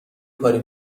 کاری